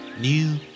New